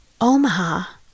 Omaha